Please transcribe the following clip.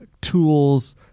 tools